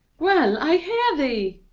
well, i hear thee!